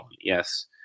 yes